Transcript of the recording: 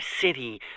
city